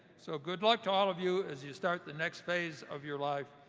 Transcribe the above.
so good luck to all of you as you start the next phase of your life.